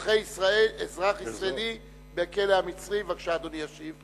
ו' בטבת התש"ע (23 בדצמבר 2009):